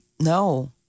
No